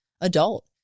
adult